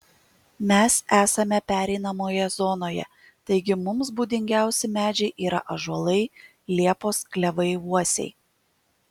mes esame pereinamoje zonoje taigi mums būdingiausi medžiai yra ąžuolai liepos klevai uosiai